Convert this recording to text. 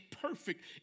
perfect